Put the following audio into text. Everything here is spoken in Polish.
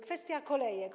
Kwestia kolejek.